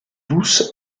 douce